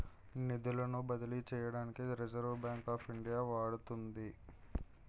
నిధులను బదిలీ చేయడానికి రిజర్వ్ బ్యాంక్ ఆఫ్ ఇండియా వాడుతుంది